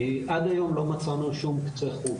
עד היום לא מצאנו שום קצה חוט.